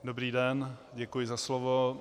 Dobrý den, děkuji za slovo.